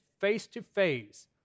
face-to-face